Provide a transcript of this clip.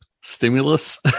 stimulus